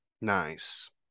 Nice